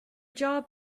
job